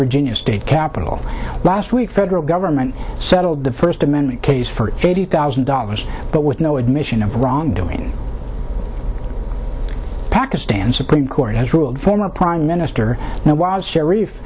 virginia state capitol last week federal government settled the first amendment case for eighty thousand dollars but with no admission of wrongdoing pakistan's supreme court has ruled former prime minister nawaz sharif